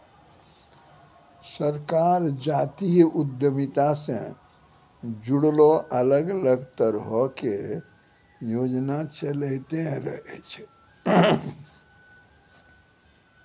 सरकार जातीय उद्यमिता से जुड़लो अलग अलग तरहो के योजना चलैंते रहै छै